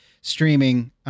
streaming